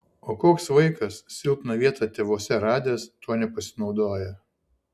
o koks vaikas silpną vietą tėvuose radęs tuo nepasinaudoja